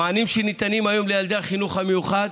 המענים שניתנים היום לילדי החינוך המיוחד